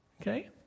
Okay